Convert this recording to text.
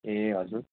ए हजुर